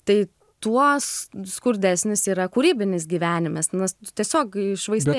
tai tuos skurdesnis yra kūrybinis gyvenimas nes tu tiesiog iššvaistai